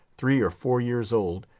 three or four years old,